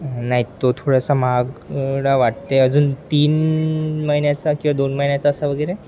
नाही तो थोडासा महागडा वाटते अजून तीन महिन्याचा किंवा दोन महिन्याचा असा वगैरे